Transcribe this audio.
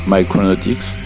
Micronautics